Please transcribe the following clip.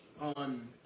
on